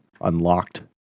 unlocked